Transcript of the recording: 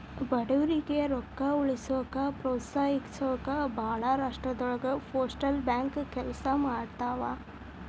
ಬಡವರಿಗಿ ರೊಕ್ಕ ಉಳಿಸೋಕ ಪ್ರೋತ್ಸಹಿಸೊಕ ಭಾಳ್ ರಾಷ್ಟ್ರದೊಳಗ ಪೋಸ್ಟಲ್ ಬ್ಯಾಂಕ್ ಕೆಲ್ಸ ಮಾಡ್ತವಾ